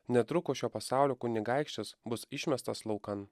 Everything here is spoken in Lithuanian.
netrukus šio pasaulio kunigaikštis bus išmestas laukan